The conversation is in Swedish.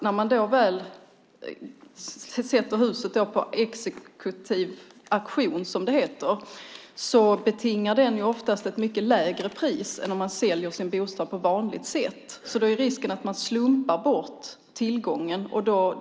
När man väl säljer huset på exekutiv auktion, som det heter, betingar det oftast ett mycket lägre pris än om man säljer bostaden på vanligt sätt. Då är risken att man slumpar bort tillgången.